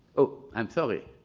oh, i'm sorry.